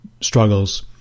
struggles